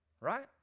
right